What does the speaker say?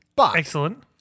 Excellent